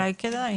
אולי כדאי.